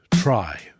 Try